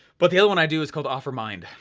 but the other one i do is called offermind,